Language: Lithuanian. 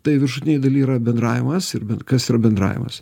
tai viršutinėj daly yra bendravimas ir bet kas yra bendravimas